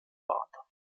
bahndamm